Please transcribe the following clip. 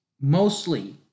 mostly